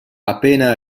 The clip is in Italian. appena